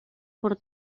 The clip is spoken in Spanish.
por